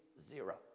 zero